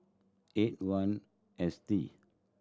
eight one S T